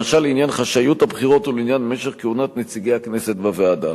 למשל לעניין חשאיות הבחירות ולעניין משך כהונת נציגי הכנסת בוועדה.